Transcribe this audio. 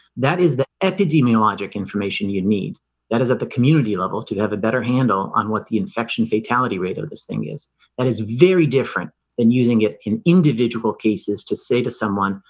that is the epidemiologic information you need that is at the community level to have a better handle on what the infection fatality rate of this thing is that is very different than using it in individual cases to say to someone.